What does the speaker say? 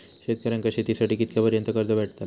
शेतकऱ्यांका शेतीसाठी कितक्या पर्यंत कर्ज भेटताला?